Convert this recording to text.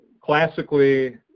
Classically